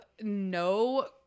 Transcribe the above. no